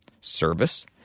Service